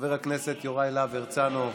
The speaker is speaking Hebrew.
חבר הכנסת יוראי להב הרצנו,